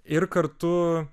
ir kartu